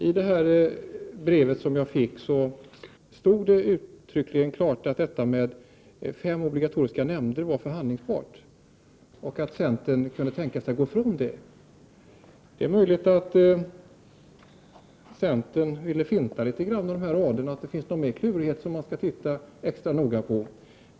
I det brev som jag fick stod det uttryckligen att frågan om fem obligatoriska nämnder var förhandlingsbar, och att centern kunde tänka sig att gå ifrån detta. Det är möjligt att centern ville finta i och med dessa rader. Det kanske finns någon ytterligare klurighet som man skall titta extra noga på.